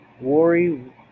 Worry